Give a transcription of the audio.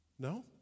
No